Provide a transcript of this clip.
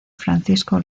francisco